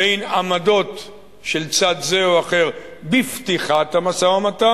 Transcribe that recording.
בין עמדות של צד זה או אחר בפתיחת המשא-ומתן,